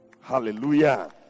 Hallelujah